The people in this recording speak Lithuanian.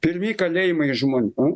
pilni kalėjimai žmonių